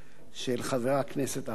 של חבר הכנסת אחמד טיבי.